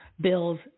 bills